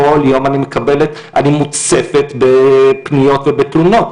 כל יום אני מוצפת בפניות ובתלונות.